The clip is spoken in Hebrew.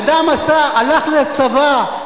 אדם הלך לצבא,